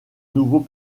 nouveau